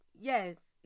yes